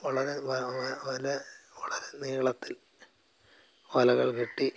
വളരെ വല വളരെ നീളത്തിൽ വലകൾ കെട്ടി